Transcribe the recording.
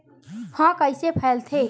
ह कइसे फैलथे?